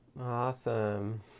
Awesome